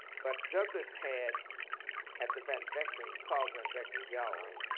but douglas had at the van vechten, carl van vechten gallery,